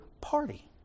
party